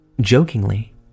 Jokingly